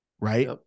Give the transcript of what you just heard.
right